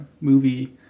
movie